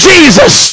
Jesus